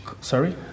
Sorry